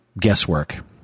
guesswork